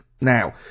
Now